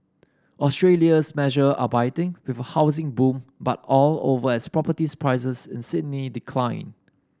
Australia's measure are biting with a housing boom but all over as properties prices in Sydney decline